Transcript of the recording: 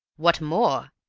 what more,